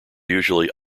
usually